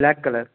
black color